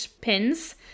pins